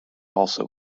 also